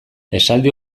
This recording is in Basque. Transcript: esaldi